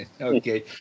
Okay